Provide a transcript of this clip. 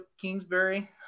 kingsbury